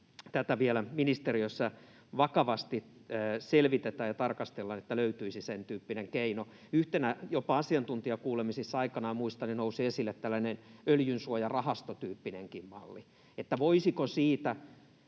tätä vielä ministeriössä vakavasti selvitetään ja tarkastellaan, että löytyisi sentyyppinen keino. Yhtenä keinona nousi esille — jopa asiantuntijakuulemisissa aikanaan, muistan — tällainen öljynsuojarahasto-tyyppinenkin malli. Voisimmeko siitä